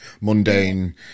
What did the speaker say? mundane